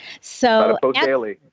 So-